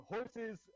Horses